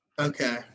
Okay